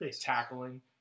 tackling